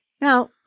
Now